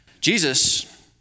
Jesus